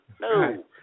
No